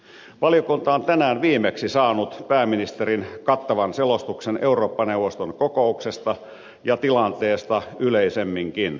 valiokunta on tänään viimeksi saanut pääministerin kattavan selostuksen eurooppa neuvoston kokouksesta ja tilanteesta yleisemminkin